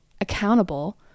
accountable